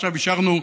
עכשיו אישרנו,